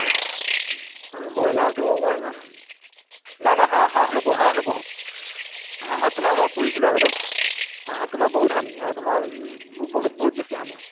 এই ব্ৰইলাৰটো বাৰু ইমান নাই নাই হাঁহ হাঁহ নোপোহোঁ হাঁহ নোপোহোঁ হাঁহত তোমাৰ মই পুহিছিলোঁ আগতে হাঁহত তোমাৰ বহুত হানি আৰু তোমাৰ বহুত বহুত বেছি হানি আৰু